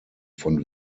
von